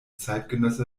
zeitgenosse